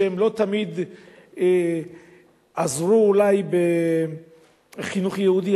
הם לא תמיד עזרו אולי בחינוך יהודי,